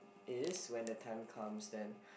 is when the time comes then